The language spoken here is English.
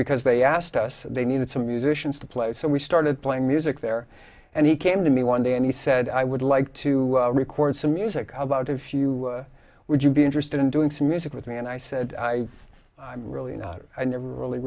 because they asked us they needed some musicians to play so we started playing music there and he came to me one day and he said i would like to record some music how about if you would you be interested in doing some music with me and i said i i'm really not i never really